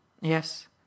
Yes